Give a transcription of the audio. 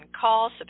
call